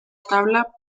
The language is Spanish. tabla